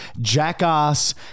jackass